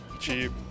Cheap